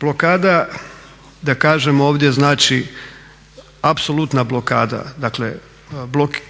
Blokada, da kažem ovdje, znači apsolutna blokada. Dakle,